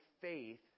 faith